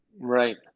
Right